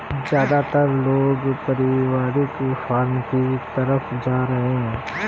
ज्यादातर लोग पारिवारिक फॉर्म की तरफ जा रहै है